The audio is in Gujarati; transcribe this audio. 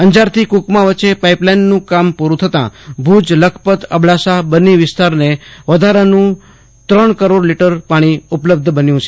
અંજારથી કુકમા વચ્ચે પાઇપલાઇનનું કામ પુરૂ થતાં ભૂજ બન્ની લખપત અબડાસા વિસ્તારને વધારાનું ત્રણ કરોડ લીટર પાણી ઉપલબ્ધ બન્યું છે